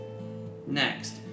Next